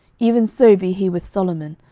even so be he with solomon,